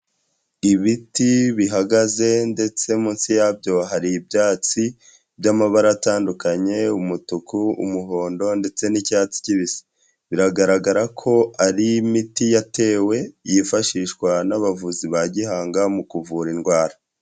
Ibiti bihagaze ndetse munsi yabyo hari ibyatsi by'amabara atandukanye umutuku, umuhondo ndetse n'icyatsi kibisi, biragaragara ko ari imiti yatewe yifashishwa n'abavuzi ba gihanga mu kuvura indwara.